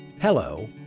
Hello